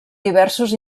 diversos